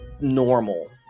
normal